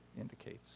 indicates